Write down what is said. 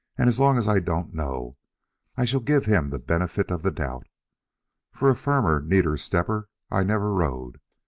and as long as i don't know i shall give him the benefit of the doubt for a firmer, neater stepper i never rode.